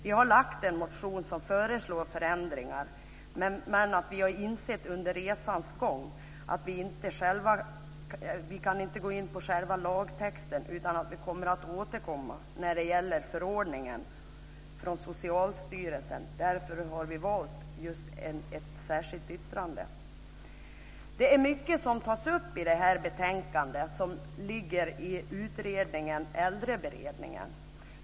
Vi har väckt en motion som föreslår förändringar men har insett under resans gång att vi inte kan gå in på själva lagtexten. I stället kommer vi att återkomma när det gäller förordningen från Socialstyrelsen. Därför har vi valt att göra just ett särskilt yttrande. Mycket som tas upp i det här betänkandet ligger hos utredningen Äldreberedningen.